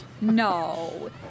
No